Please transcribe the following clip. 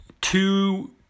two